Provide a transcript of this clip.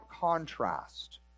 contrast